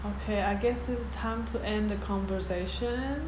okay I guess this time to end the conversation